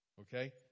okay